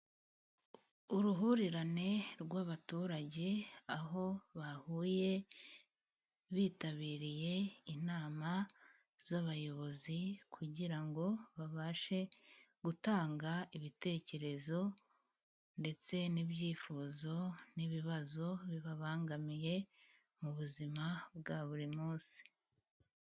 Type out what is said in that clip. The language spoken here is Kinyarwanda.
Uruhurirane rw'abaturage, aho bahuye bitabiriye inama z'abayobozi kugira ngo babashe gutanga ibitekerezo ndetse n'ibyifuzo, n'ibibazo bibabangamiye mu buzima bwa buri munsi.